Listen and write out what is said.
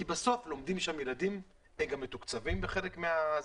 כי בסוף לומדים שם ילדים שמתוקצבים בחלקם.